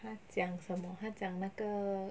她讲什么她讲那个